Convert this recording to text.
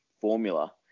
formula